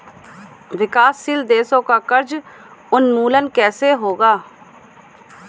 विकासशील देशों का कर्ज उन्मूलन कैसे होगा?